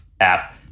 app